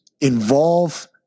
involve